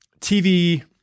TV